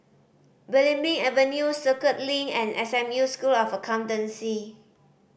Belimbing Avenue Circuit Link and S M U School of Accountancy